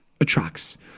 attracts